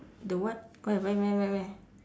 the what where where where where where